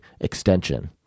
extension